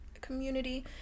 community